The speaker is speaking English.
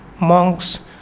monks